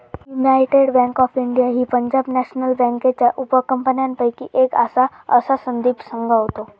United Bank of India ही Punjab national बँकेच्या उपकंपन्यांपैकी एक आसा, असा संदीप सांगा होतो